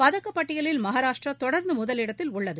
பதக்கப்பட்டியலில் மகாராஷ்ட்ரா தொடர்ந்து முதலிடத்தில் உள்ளது